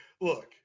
Look